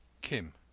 Kim